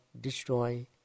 destroy